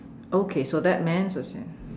okay so that man is